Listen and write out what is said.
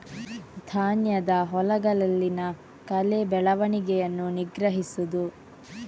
ಧಾನ್ಯದ ಹೊಲಗಳಲ್ಲಿನ ಕಳೆ ಬೆಳವಣಿಗೆಯನ್ನು ನಿಗ್ರಹಿಸುವುದು